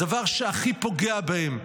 הדבר שהכי פוגע בהם,